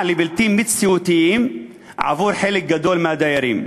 לבלתי מציאותיים עבור חלק מהדיירים.